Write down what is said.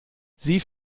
sie